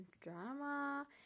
drama